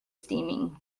steaming